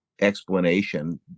explanation